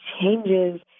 changes